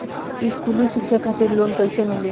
स्कूली शिक्षा खातिर लोन कैसे मिली?